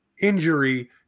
injury